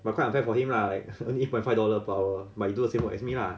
but kind of bad for him lah like only eight point five dollar per hour but he do the same work as me lah